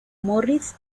morris